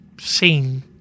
scene